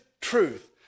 truth